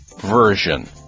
version